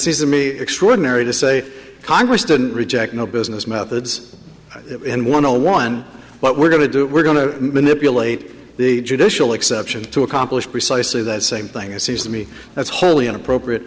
season me extraordinary to say congress didn't reject no business methods and one no one what we're going to do we're going to manipulate the judicial exception to accomplish precisely that same thing it seems to me that's wholly inappropriate